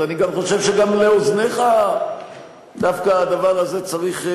אז אני גם חושב שגם לאוזניך דווקא הדבר הזה צריך,